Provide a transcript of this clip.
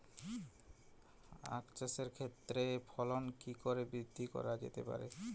আক চাষের ক্ষেত্রে ফলন কি করে বৃদ্ধি করা যেতে পারে?